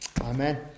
Amen